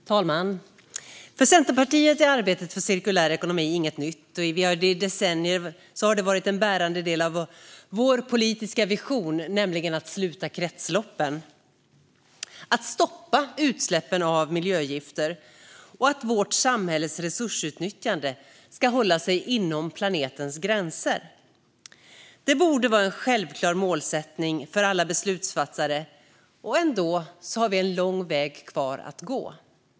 Herr talman! För Centerpartiet är arbetet för cirkulär ekonomi inget nytt. I decennier har det varit en bärande del av vår politiska vision, nämligen att kretsloppen ska slutas, att utsläppen av miljögifter ska stoppas och att vårt samhälles resursutnyttjande ska hålla sig inom planetens gränser. Det borde vara en självklar målsättning för alla beslutsfattare. Ändå har vi en lång väg kvar att gå.